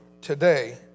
today